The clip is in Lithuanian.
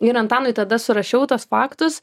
ir antanui tada surašiau tuos faktus